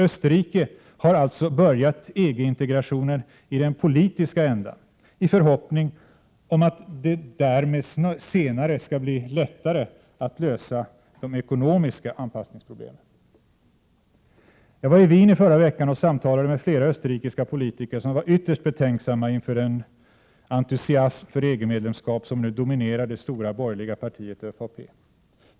Österrike har alltså börjat EG-integrationen i den politiska ändan, i förhoppning om att det därmed senare skall bli lättare att lösa de ekonomiska anpassningsproblemen. Jag var i Wien förra veckan och samtalade med flera österrikiska politiker, som var ytterst betänksamma inför den entusiasm för EG-medlemskap som nu dominerar det stora borgerliga partiet, ÖVP.